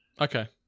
okay